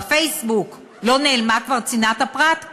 בפייסבוק לא נעלמה כבר צנעת הפרט?